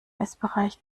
essbereich